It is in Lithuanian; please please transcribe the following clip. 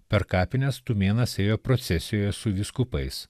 per kapines tumėnas ėjo procesijoje su vyskupais